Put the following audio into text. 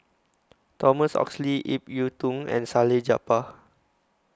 Thomas Oxley Ip Yiu Tung and Salleh Japar